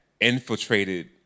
infiltrated